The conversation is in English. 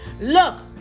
look